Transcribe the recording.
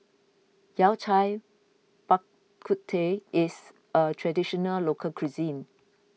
Yao Cai Bak Kut Teh is a Traditional Local Cuisine